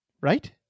Right